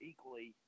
Equally